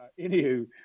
Anywho